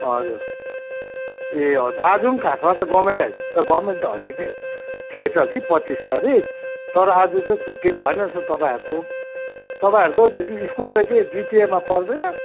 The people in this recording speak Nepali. हजुर ए हजुर आज पनि खासमा त गभर्मेन्ट हाई स्कुल त गभर्मेन्ट होलिडे थिएछ कि पच्चिस तारिक तर आज चाहिँ छुट्टी भएन रहेछ तपाईँहरूको तपाईँहरूको स्कुल चाहिँ के जिटिएमा पर्दैन